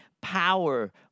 power